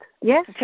yes